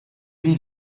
die